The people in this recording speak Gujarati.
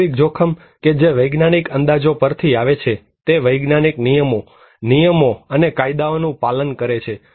વાસ્તવિક જોખમ કે જે વૈજ્ઞાનિક અંદાજો પરથી આવે છે તે વૈજ્ઞાનિક નિયમો નિયમનો અને કાયદાઓનું પાલન કરે છે